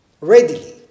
readily